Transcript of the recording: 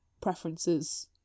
preferences